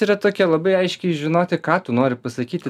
yra tokia labai aiškiai žinoti ką tu nori pasakyti